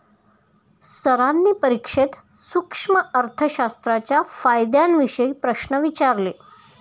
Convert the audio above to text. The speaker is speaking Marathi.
सरांनी परीक्षेत सूक्ष्म अर्थशास्त्राच्या फायद्यांविषयी प्रश्न विचारले